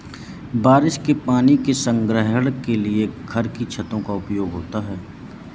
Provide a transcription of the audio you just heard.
बारिश के पानी के संग्रहण के लिए घर की छतों का उपयोग होता है